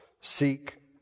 seek